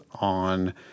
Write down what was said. on –